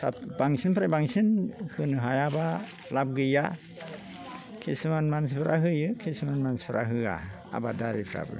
बांसिननिफ्राय बांसिन होनो हायाब्ला लाब गैया किसुमान मानसिफ्रा होयो किसुमान मानसिफ्रा होआ आबादारिफ्राबो